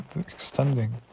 extending